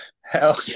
Hell